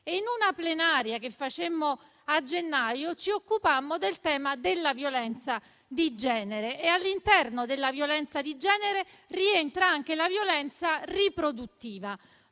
seduta plenaria che facemmo a gennaio, ci occupammo del tema della violenza di genere, all'interno del quale rientra anche la violenza riproduttiva,